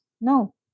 No